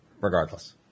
regardless